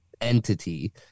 entity